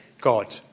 God